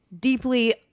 deeply